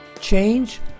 Change